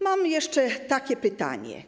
Mam jeszcze takie pytanie.